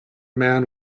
man